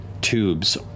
tubes